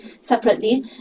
separately